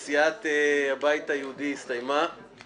עכשיו התפלגו ממנה מספר חברים,